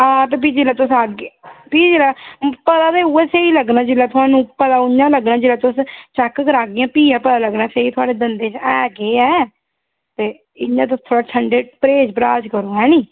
हां ते भी जेल्लै तुस औह्गे भी जेल्लै पता ते उ'ऐ स्हेई लग्गना जेल्लै थुहान्नूं पता उ'आं लग्गना जिसलै तुस चैक्क करागियां भी गै पता लग्गना स्हेई थुआढ़े दंदें च ऐ केह् ऐ ते इ'यां तुस थोह्ड़ा ठंडे परेह्ज पराह्ज करो ऐ निं